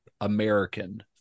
American